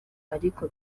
ariko